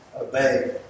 obey